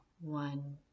one